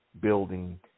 building